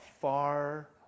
far